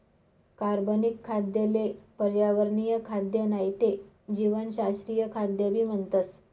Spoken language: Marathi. कार्बनिक खाद्य ले पर्यावरणीय खाद्य नाही ते जीवशास्त्रीय खाद्य भी म्हणतस